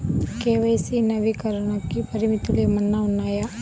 KYC నవీకరణకి పరిమితులు ఏమన్నా ఉన్నాయా?